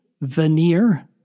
Veneer